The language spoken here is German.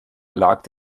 lag